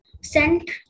sent